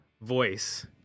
voice